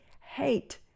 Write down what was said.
hate